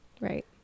Right